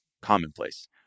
commonplace